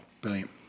Brilliant